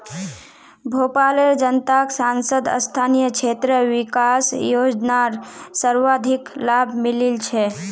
भोपालेर जनताक सांसद स्थानीय क्षेत्र विकास योजनार सर्वाधिक लाभ मिलील छ